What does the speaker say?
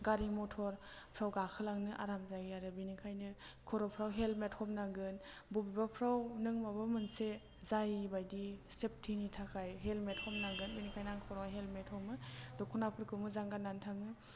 गारि मटरफ्राव गाखोलांनो आराम जायो आरो बिनिखायनो खर'फ्राव हेलमेट हमनांगोन बबेबाफ्राव नों माबा मोनसे जायै बायदि सेप्तिनि थाखाय हेलमेट हमनांगोन बिनिखायनो आं खर'आव हेलमेट हमो दख'नाफोरखौ मोजां गान्नानै थाङो